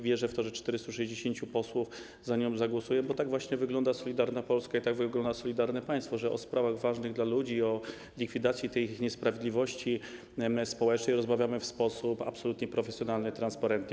Wierzę w to, że 460 posłów za nią zagłosuje, bo tak właśnie wygląda solidarna Polska, tak wygląda solidarne państwo, że o sprawach ważnych dla ludzi, o likwidacji tych niesprawiedliwości społecznych rozmawiamy w sposób absolutnie profesjonalny, transparentny.